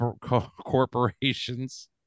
corporations